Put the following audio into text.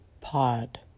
pod